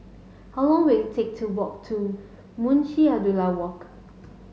how long will it take to walk to Munshi Abdullah Walk